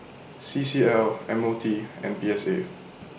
C C L M O T and P S A